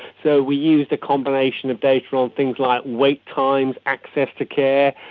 so we used a combination of data on things like wait times, access to care.